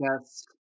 Yes